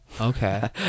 Okay